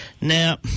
Now